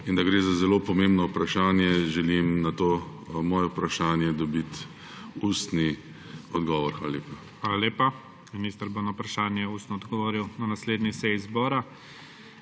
in da gre za zelo pomembno vprašanje, želim na to svoje vprašanje dobiti ustni odgovor. Hvala lepa. **PREDSEDNIK IGOR ZORČIČ:** Hvala lepa. Minister bo na vprašanje ustno odgovoril na naslednji seji zbora.